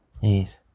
Yes